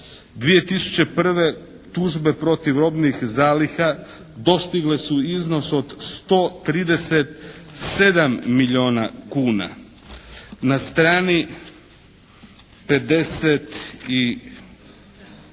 2001. tužbe protiv robnih zaliha dostigle su iznos od 137 milijuna kuna. Na strani 56.,